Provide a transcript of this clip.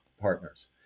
partners